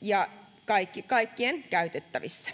ja kaikkien käytettävissä